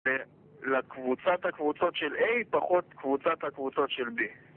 לקבוצת הקבוצות של A פחות קבוצת הקבוצות של B